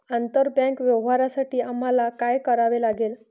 आंतरबँक व्यवहारांसाठी आम्हाला काय करावे लागेल?